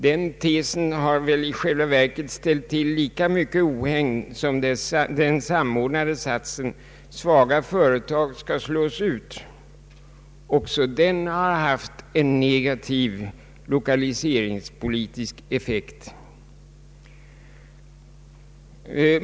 Den tesen har väl i själva verket ställt till lika mycket ohägn som den samordnade satsen: svaga företag skall slås ut. Också den har haft en negativ lokaliseringspolitisk effekt.